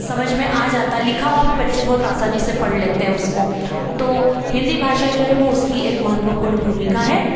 समझ में आ जाता है लिखा हुआ भी बच्चे बहुत आसानी से पढ़ लेते हैं उसको तो हिन्दी भाषा जो है वो उसकी एक महत्वपूर्ण भूमिका है